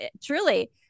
truly